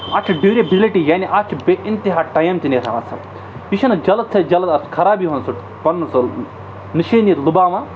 اَتھ چھُ ڈیوٗریبِلِٹی یعنی اَتھ چھُ بے اِنتہا ٹایم تہِ نیران اَصٕ یہِ چھُنہٕ جلد سۭتۍ جلد اَتھ خَراب یِوان سُہ پَنُن سُہ نِشٲنی لُباوان